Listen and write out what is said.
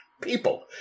People